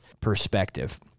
perspective